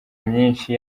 myinshi